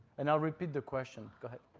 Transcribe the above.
and i'll repeat the question.